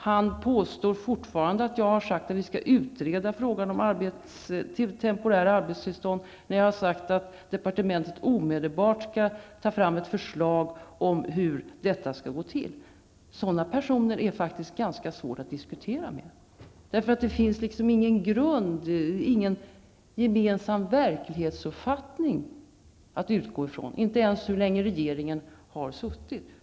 Han påstår att jag har sagt att vi skall utreda frågan om temporärt arbetstillstånd när jag har sagt att departementet omedelbart skall ta fram ett förslag om hur detta skall gå till. Sådana personer är det faktiskt ganska svårt att diskutera med. Det finns ingen grund, ingen gemensam verklighetsuppfattning att utgå från, inte ens om hur länge regeringen har suttit.